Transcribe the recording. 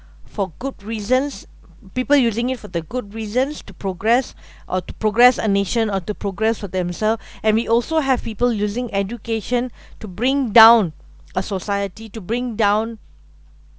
for good reasons people using it for the good reasons to progress or to progress a nation or to progress for themselves and we also have people using education to bring down a society to bring down